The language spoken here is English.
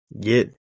Get